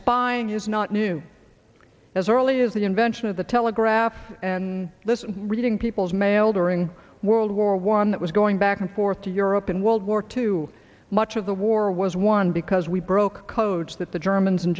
spying is not new as early as the invention of the telegraph and listen reading people's mail during world war one that was going back and forth to europe and world war two much of the war was won because we broke codes that the germans and